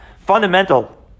fundamental